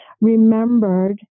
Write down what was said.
remembered